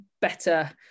better